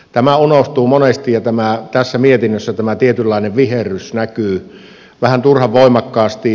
tämä unohtuu monesti ja tässä mietinnössä tämä tietynlainen viherrys näkyy vähän turhan voimakkaasti